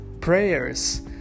prayers